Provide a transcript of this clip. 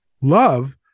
Love